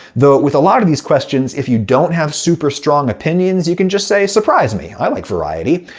though, with a lot of these questions, if you don't have super strong opinions you can just say, surprise me. i like variety.